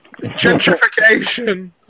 Gentrification